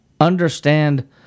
understand